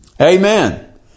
Amen